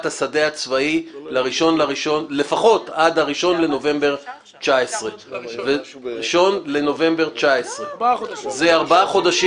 השדה הצבאי לפחות עד ה-1 בנובמבר 2019. זה ארבעה חודשים.